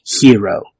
hero